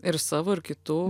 ir savo ir kitų